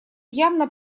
явно